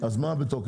אז מה בתוקף,